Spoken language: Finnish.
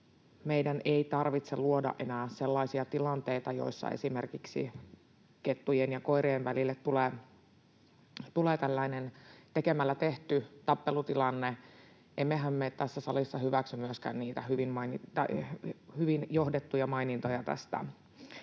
meidän ei tarvitse luoda enää sellaisia tilanteita, joissa esimerkiksi kettujen ja koirien välille tulee tällainen tekemällä tehty tappelutilanne. Emmehän me tässä salissa hyväksy myöskään sitä, mikä on hyvin johdettu tästä,